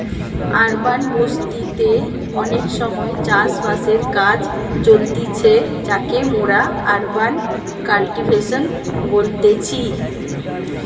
urban বসতি তে অনেক সময় চাষ বাসের কাজ চলতিছে যাকে মোরা আরবান কাল্টিভেশন বলতেছি